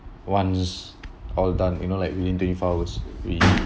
once all done you know like within twenty four hours we